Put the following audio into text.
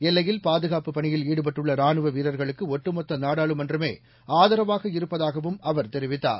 எல்லையில் பாதுகாப்புப் பணியில் ஈடுபட்டுள்ள ராணுவ வீரர்களுக்கு ஒட்டுமொத்த நாடாளுமன்றமே ஆதரவாக இருப்பதாகவும் அவர் தெரிவித்தார்